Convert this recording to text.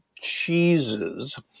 cheeses